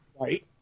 Right